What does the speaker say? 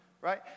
right